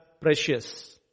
precious